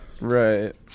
Right